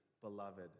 beloved